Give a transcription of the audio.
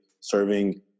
serving